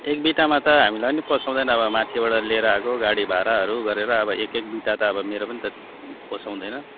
एक बिटामा त हामीलाई पनि पोसाउँदैन अब माथिबाट लिएर आएको गाडी भाडाहरू गरेर अब एक एक बिटा त अब मेरो पनि त पोसाउँदैन